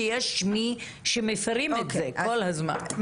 כי יש מי שמפרים את זה כל הזמן.